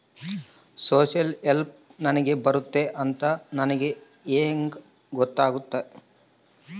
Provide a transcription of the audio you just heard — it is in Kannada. ಸೋಶಿಯಲ್ ಹೆಲ್ಪ್ ನನಗೆ ಬರುತ್ತೆ ಅಂತ ನನಗೆ ಹೆಂಗ ಗೊತ್ತಾಗುತ್ತೆ?